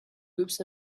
groups